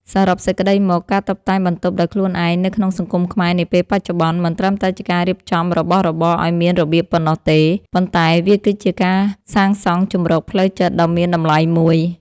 សរុបសេចក្ដីមក ការតុបតែងបន្ទប់ដោយខ្លួនឯងនៅក្នុងសង្គមខ្មែរនាពេលបច្ចុប្បន្ន មិនត្រឹមតែជាការរៀបចំរបស់របរឱ្យមានរបៀបប៉ុណ្ណោះទេ ប៉ុន្តែវាគឺជាការសាងសង់ជម្រកផ្លូវចិត្តដ៏មានតម្លៃមួយ។